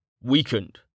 Weakened